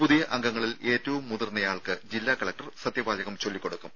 പുതിയ അംഗങ്ങളിൽ ഏറ്റവും മുതിർന്നയാൾക്ക് ജില്ലാ കലക്ടർ സത്യവാചകം ചൊല്ലിക്കൊടുക്കും